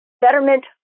betterment